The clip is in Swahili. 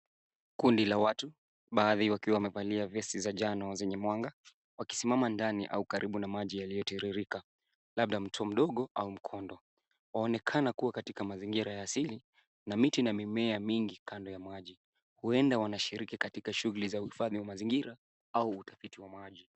Kundi la watu baadhi wakiwa wamevalia vesti za njano zenye mwanga wakisimamia ndani au karibu na maji yaliyo tiririka, labda mto mdogo au mkondo. Waonekana kuwa katika mazingira ya asili na miti na mimea mingi kando ya maji. Huenda wanashiriki katika shughuli za uhifadhi wa mazingira au utafiti wa maji.